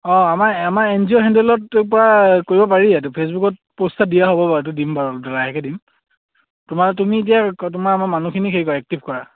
অঁ আমাৰ আমাৰ এন জি অ' হেণ্ডেলত পৰা কৰিব পাৰি এইটো ফেচবুকত প'ষ্ট এটা দিয়া হ'ব বাৰু এইটো দিম বাৰু লাহেকৈ দিম তোমাৰ তুমি এতিয়া তোমাৰ আমাৰ মানুহখিনিক হেৰি কৰা এক্টিভ কৰা